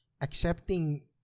accepting